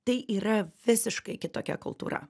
tai yra visiškai kitokia kultūra